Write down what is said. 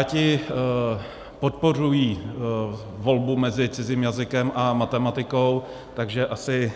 Piráti podporují volbu mezi cizím jazykem a matematikou, takže asi